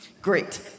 Great